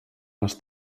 les